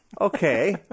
Okay